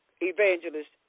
Evangelist